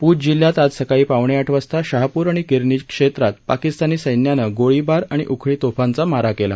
पूछ जिल्ह्यात आज सकाळी पावणेआठ वाजता शहापूर आणि किरनी क्षेत्रात पाकिस्तानी सैन्यानं गोळीबार आणि उखळी तोफ्यांचा मारा केला